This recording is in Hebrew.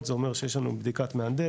הנלוות זה אומר שיש לנו בדיקת מהנדס,